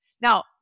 Now